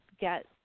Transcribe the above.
get